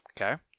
Okay